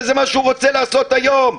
וזה מה שהוא רוצה לעשות היום.